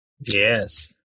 Yes